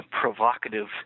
provocative